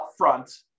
upfront